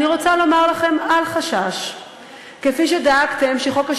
אני רוצה לומר: אל חשש.